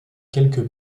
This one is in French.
quelque